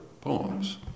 poems